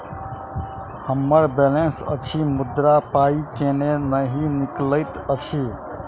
हम्मर बैलेंस अछि मुदा पाई केल नहि निकलैत अछि?